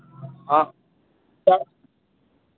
हँ तऽ